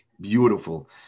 beautiful